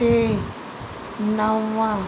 टे नव नव